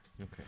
Okay